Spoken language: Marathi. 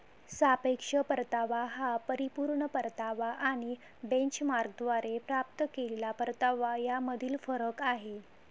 सापेक्ष परतावा हा परिपूर्ण परतावा आणि बेंचमार्कद्वारे प्राप्त केलेला परतावा यामधील फरक आहे